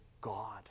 God